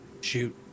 shoot